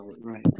Right